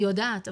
אני יודעת,